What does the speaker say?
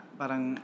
parang